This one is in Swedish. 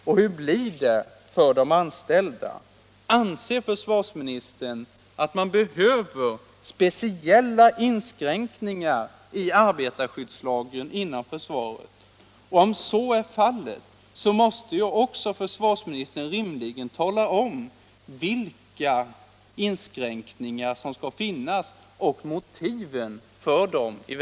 Och hur blir det för de anställda? Anser försvarsministern att man behöver speciella inskränkningar i arbetarskyddslagen inom försvaret? Om så är fallet måste försvarsministern rimligen också tala om vilka inskränkningar det finns behov av och motiven för dem.